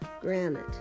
granite